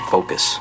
Focus